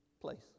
place